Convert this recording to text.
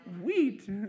Wheat